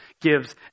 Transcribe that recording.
gives